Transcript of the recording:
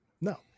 no